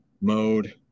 Mode